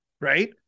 right